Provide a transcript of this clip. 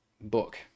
book